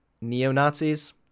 neo-Nazis